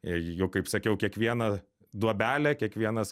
jau kaip sakiau kiekvieną duobelę kiekvienas